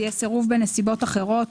זה יהיה "סירוב בנסיבות אחרות",